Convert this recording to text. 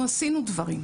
אנחנו עשינו דברים,